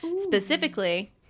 Specifically